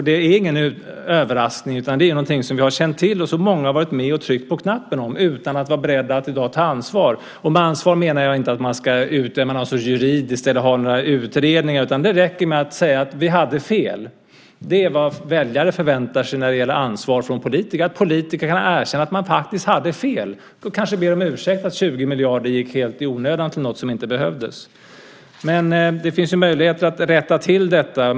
Det är ingen överraskning, utan det är någonting som vi har känt till och som många har varit med och tryckt på knappen för utan att vara beredda att i dag ta ansvar. Med ansvar menar jag inte att man ska utdöma något slags juridiskt ansvar eller ha några utredningar, utan det räcker med att säga att vi hade fel. Det är vad väljarna förväntar sig när det gäller ansvar från politiker. Som politiker ska man kunna erkänna att man faktiskt hade fel och kanske be om ursäkt för att 20 miljarder gick helt i onödan till något som inte behövdes. Men det finns möjligheter att rätta till detta.